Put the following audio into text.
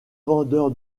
vendeurs